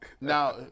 Now